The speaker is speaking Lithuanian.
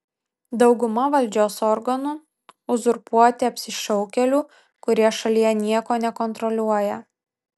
dauguma valdžios organų uzurpuoti apsišaukėlių kurie šalyje nieko nekontroliuoja